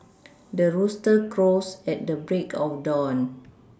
the rooster crows at the break of dawn